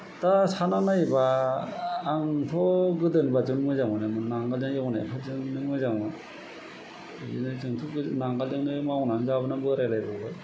दा सानना नायोबा आंथ' गोदोनि बायदिनो मोजां मोनोमोन नांगोलजों एवनायफोरजोंनो मोजां मोनोमोन बिदिनो जोंथ' नांगोलजोंनो मावनानै जाबोना बोरायलायबाय